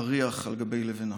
אריח על גבי לבנה.